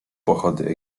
pochody